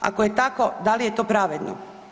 Ako je tako, da li je to pravedno?